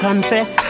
Confess